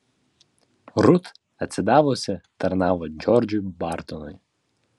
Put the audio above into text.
rut atsidavusi tarnavo džordžui bartonui